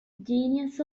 genius